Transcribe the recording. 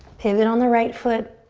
pivot on the right foot.